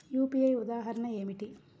UPI ఉదాహరణ ఏమిటి?